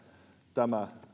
tämä